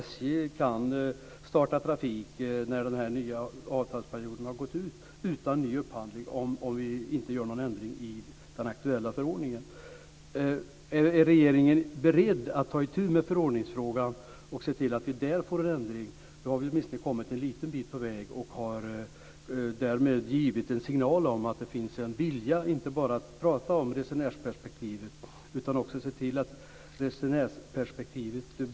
SJ kan starta trafik när den nya avtalsperioden har gått ut utan ny upphandling om vi inte gör någon ändring i den aktuella förordningen. Är regeringen beredd att ta itu med förordningsfrågan och se till att vi får en ändring? Då har vi åtminstone kommit en liten bit på väg. Därmed har vi givit en signal om att det finns en vilja inte bara att prata om resenärsperspektivet utan också att se till att det blir en realitet.